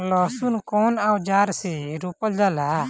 लहसुन कउन औजार से रोपल जाला?